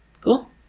Cool